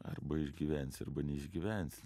arba išgyvensi arba neišgyvensi